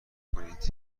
کنید